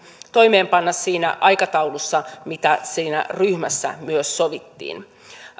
toimeenpanna siinä aikataulussa mitä siinä ryhmässä myös sovittiin